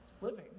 living